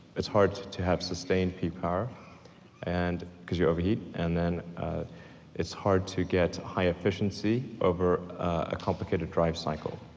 it's hard to to have sustained peak power and cause you over-heat, and then it's hard to get high efficiency over a complicated drive cycle,